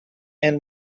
and